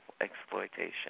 exploitation